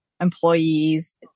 employees